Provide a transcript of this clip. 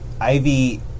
Ivy